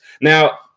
Now